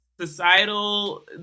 societal